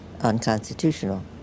unconstitutional